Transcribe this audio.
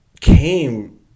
came